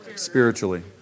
Spiritually